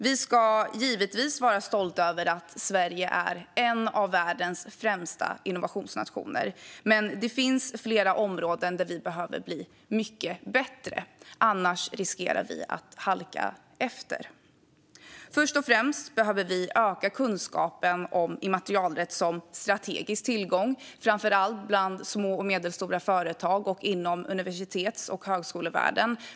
Vi ska givetvis vara stolta över att Sverige är en av världens främsta innovationsnationer, men det finns flera områden där vi behöver bli mycket bättre - annars riskerar vi att halka efter. Först och främst behöver vi öka kunskapen om immaterialrätt som strategisk tillgång, framför allt bland små och medelstora företag och inom universitets och högskolevärlden.